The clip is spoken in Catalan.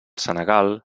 senegal